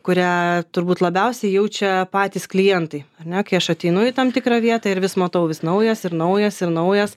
kurią turbūt labiausiai jaučia patys klientai ar ne kai aš ateinu į tam tikrą vietą ir vis matau vis naujas ir naujas ir naujas